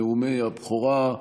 נאומי הבכורה.